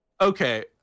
Okay